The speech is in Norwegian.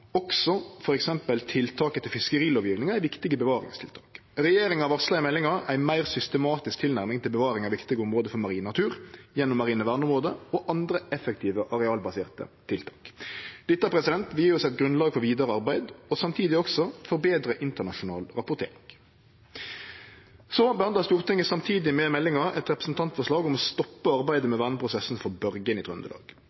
viktige bevaringstiltak. Regjeringa varsla i meldinga ei meir systematisk tilnærming til bevaring av viktige område for marin natur gjennom marine verneområde og andre effektive arealbaserte tiltak. Dette vil gje oss eit grunnlag for vidare arbeid og samtidig forbetre internasjonal rapportering. Samtidig med meldinga behandlar Stortinget eit representantforslag om å stoppe arbeidet